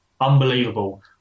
unbelievable